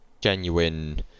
genuine